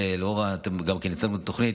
ולאור זה גם כן יצאנו בתוכנית,